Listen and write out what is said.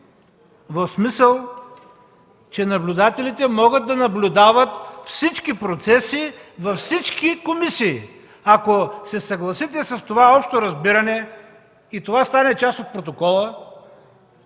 в смисъл, че наблюдателите могат да наблюдават всички процеси във всички комисии. Ако се съгласите с това общо разбиране и това стане част от протокола,